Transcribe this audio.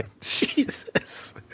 Jesus